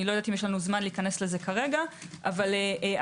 אני לא יודעת אם יש לנו זמן להיכנס לזה כרגע אבל ההצלחה